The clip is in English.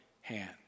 hand